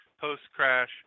Post-crash